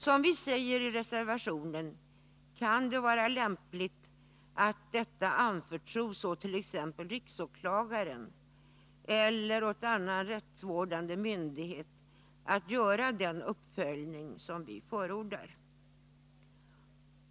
Som vi säger i reservationen kan det vara lämpligt att det anförtros åt t.ex. riksåklagaren eller annan rättsvårdande myndighet att göra den uppföljning som vi förordar.